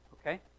okay